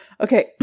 Okay